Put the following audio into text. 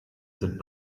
sind